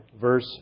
verse